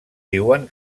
diuen